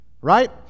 right